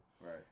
right